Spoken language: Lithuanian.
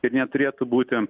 ir neturėtų būti